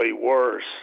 worse